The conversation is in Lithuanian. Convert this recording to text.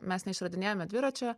mes neišradinėjame dviračio